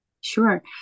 Sure